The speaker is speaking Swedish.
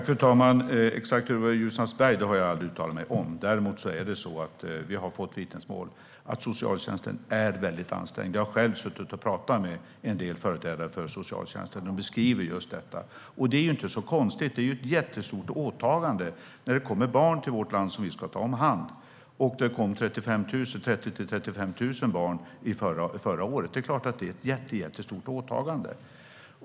Fru talman! Exakt hur det var i Ljusnarsberg har jag aldrig uttalat mig om. Däremot har vi fått vittnesmål om att socialtjänsten är mycket ansträngd. Jag har själv suttit och talat med en del företrädare för socialtjänsten, och de beskriver just detta. Och det är inte så konstigt. Det är ett jättestort åtagande när det kommer barn till vårt land som vi ska ta om hand. Det kom 30 000-35 000 barn förra året. Det är klart att det är ett jättestort åtagande.